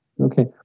okay